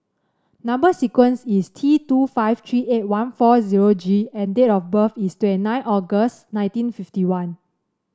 number sequence is T two five three eight one four zero G and date of birth is twenty nine August nineteen fifty one